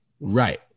right